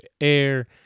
air